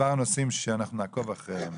מספר הנושאים שאנחנו נעקוב אחריהם,